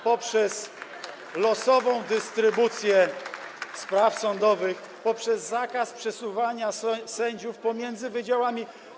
poprzez losową dystrybucję spraw sądowych, poprzez zakaz przesuwania sędziów pomiędzy wydziałami.